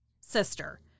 sister